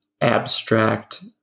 abstract